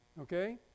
okay